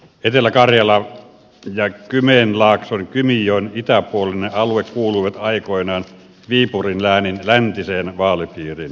etelä karjala ja kymenlaakson kymijoen itäpuolinen alue kuuluivat aikoinaan viipurin läänin läntiseen vaalipiiriin